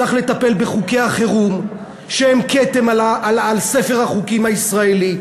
צריך לטפל בחוקי החירום שהם כתם על ספר החוקים הישראלי.